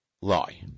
lie